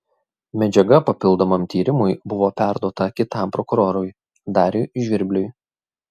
medžiaga papildomam tyrimui buvo perduota kitam prokurorui dariui žvirbliui